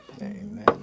amen